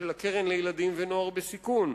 של הקרן לילדים ונוער בסיכון,